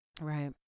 Right